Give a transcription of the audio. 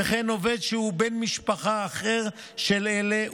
וכן עובד שהוא בן משפחה אחר של אלה,